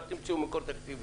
רק תמצאו מקור תקציבי.